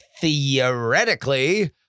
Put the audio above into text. theoretically